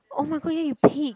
oh my god ya you pig